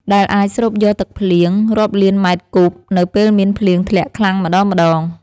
ដែលអាចស្រូបយកទឹកភ្លៀងរាប់លានម៉ែត្រគូបនៅពេលមានភ្លៀងធ្លាក់ខ្លាំងម្តងៗ។